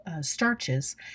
starches